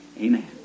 Amen